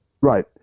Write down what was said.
right